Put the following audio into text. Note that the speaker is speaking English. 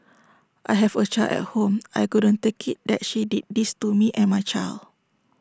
I have A child at home I couldn't take IT that she did this to me and my child